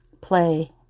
play